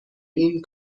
این